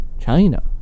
China